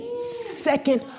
second